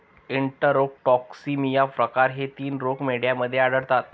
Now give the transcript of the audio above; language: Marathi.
एन्टरोटॉक्सिमिया प्रकार हे तीन रोग मेंढ्यांमध्ये आढळतात